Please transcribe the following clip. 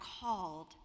called